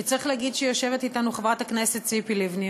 וצריך להגיד שיושבת אתנו חברת הכנסת ציפי לבני,